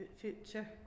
future